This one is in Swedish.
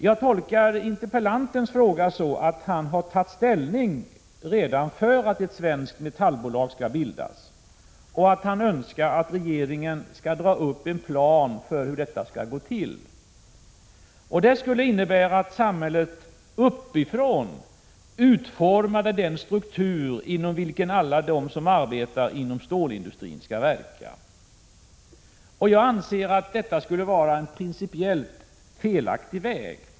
Jag tolkar interpellantens fråga så att han redan har tagit ställning för att ett svenskt metallbolag skall bildas och att han önskar att regeringen skall göra upp en plan för hur det skall ske. Det skulle innebära att samhället uppifrån utformade den struktur inom vilken alla de som arbetar inom stålindustrin skulle verka. Jag anser att detta skulle vara en principiellt felaktig väg.